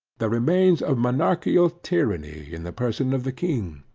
the remains of monarchical tyranny in the person of the king.